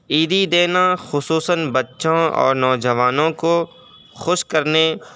عیدی دینا خصوصاً بچوں اور نوجوانوں کو خوش کرنے